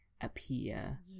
appear